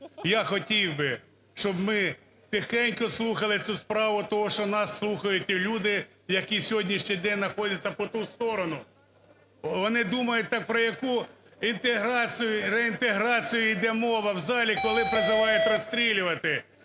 Я хотів би, щоб ми тихенько слухали цю справу, тому що нас слухають люди, які на сьогоднішній день знаходяться по ту сторону. Вони думають там про яку інтеграцію, реінтеграцію йде мова в залі, коли призивають розстрілювати